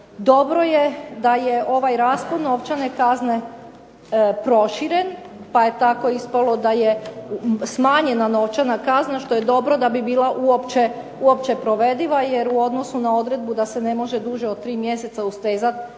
Dobro je da je ovaj raspon novčane kazne proširen pa je tako ispalo da je smanjena novčana kazna što je dobro da bi bila uopće provediva. Jer u odnosu na odredbu da se ne može duže od 3 mjeseca ustezati